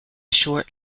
short